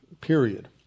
period